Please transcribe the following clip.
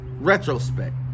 retrospect